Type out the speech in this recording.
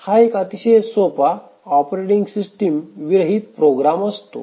हा एक अतिशय सोपा ऑपरेटिंग सिस्टिम विरहित प्रोग्रॅम असतो